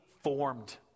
formed